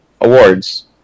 awards